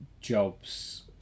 jobs